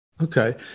Okay